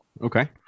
Okay